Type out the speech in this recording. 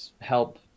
help